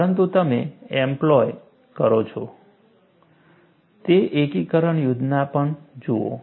પરંતુ તમે એમ્પ્લોય કરો છો તે એકીકરણ યોજના પણ જુઓ